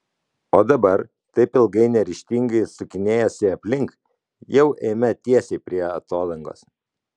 o dabar taip ilgai neryžtingai sukinėjęsi aplink jau eime tiesiai prie atodangos